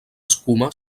escuma